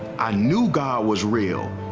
i knew god was real.